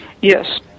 Yes